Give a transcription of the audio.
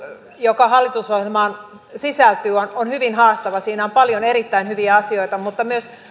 joka hallitusohjelmaan sisältyy on on hyvin haastava siinä on paljon erittäin hyviä asioita mutta myös